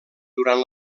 durant